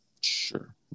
Sure